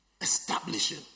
establishing